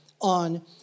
on